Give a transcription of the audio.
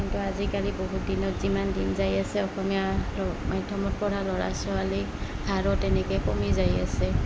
কিন্তু আজিকালি বহুত দিনত যিমান দিন যাই আছে অসমীয়া মাধ্যমত পঢ়া ল'ৰা ছোৱালী হাৰো তেনেকৈ কমি যাই আছে